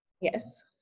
Yes